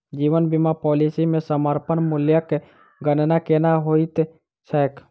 जीवन बीमा पॉलिसी मे समर्पण मूल्यक गणना केना होइत छैक?